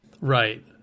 Right